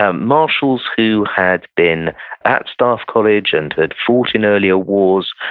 ah marshals who had been at staff college, and had fought in earlier wars,